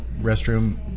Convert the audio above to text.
restroom